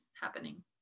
happening